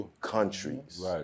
countries